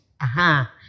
aha